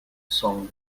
song